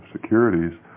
securities